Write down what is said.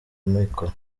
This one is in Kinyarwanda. amikoro